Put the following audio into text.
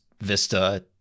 vista